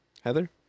Heather